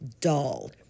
dull